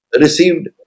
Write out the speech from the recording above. received